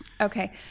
Okay